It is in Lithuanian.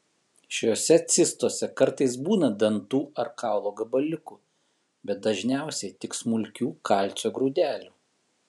šiose cistose kartais būna dantų ar kaulo gabaliukų bet dažniausiai tik smulkių kalcio grūdelių